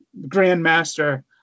grandmaster